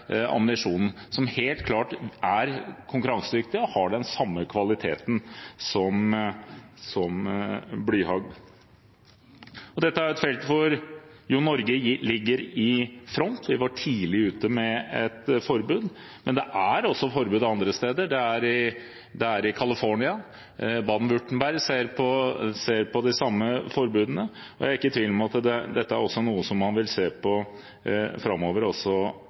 ammunisjonen, som helt klart er konkurransedyktig og har den samme kvaliteten som blyhagl. Dette er et felt hvor Norge ligger i front, vi var tidlig ute med et forbud, men det er også forbud andre steder. Det er det i California, og Baden-Württemberg ser på de samme forbudene. Jeg er ikke i tvil om at dette er noe man vil se på framover også